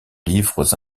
livres